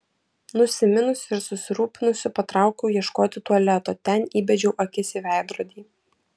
nusiminusi ir susirūpinusi patraukiau ieškoti tualeto ten įbedžiau akis į veidrodį